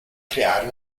creare